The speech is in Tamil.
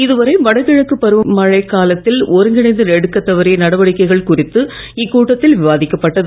இதுவரை வடகிழக்கு பருவமழை காலத்தில் ஒருங்கிணைந்து எடுக்க தவறிய நடவடிக்கைகள் குறித்து இக்கூட்டத்தில் விவாதிக்கப்பட்டது